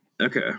Okay